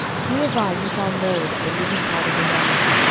hereby ye shall know that the living god is among you,